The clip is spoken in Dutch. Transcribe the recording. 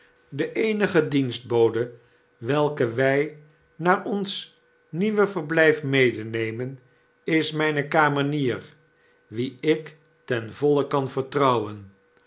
de eenige dienstbode welke wy naar ons nieuw verblyf medenemen is myne kamenier wie ik ten voile kan vertrouwen